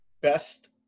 best